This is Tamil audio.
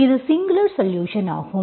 இது சிங்குலர் சொலுஷன் ஆகும்